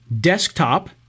desktop